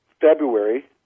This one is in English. February